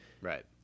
right